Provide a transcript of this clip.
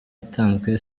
yatanzwe